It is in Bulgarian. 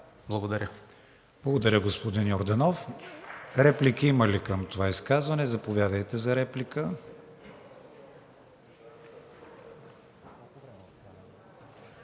ВИГЕНИН: Благодаря, господин Йорданов. Реплики има ли към това изказване? Заповядайте за реплика.